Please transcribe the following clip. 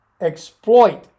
exploit